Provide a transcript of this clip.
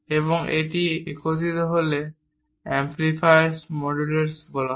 এবং একবার এটি একত্রিত হলে অ্যামপ্লিফায়ারস মড্যুলেটেড করা হয়